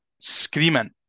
screaming